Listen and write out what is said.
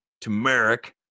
turmeric